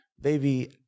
Baby